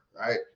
right